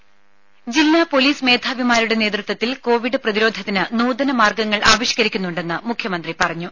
voice ദേശ ജില്ലാ police മേധാവിമാരുടെ നേതൃത്വത്തിൽ കോവിഡ് പ്രതിരോധത്തിന് നൂതന മാർഗങ്ങൾ ആവിഷ്കരിക്കുന്നുണ്ടെന്ന് മുഖ്യമന്ത്രി പറഞ്ഞു